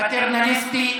פטרנליסטי,